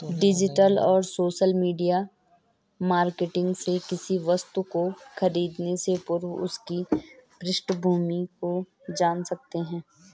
digital और social media marketing से किसी वस्तु को खरीदने से पूर्व उसकी पृष्ठभूमि को जान सकते है